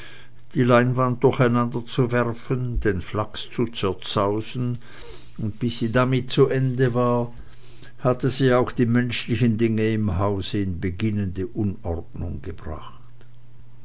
die leinwand durcheinanderzuwerfen den flachs zu zerzausen und bis sie damit zu ende war hatte sie auch die menschlichen dinge im hause in beginnende unordnung gebracht